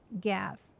Gath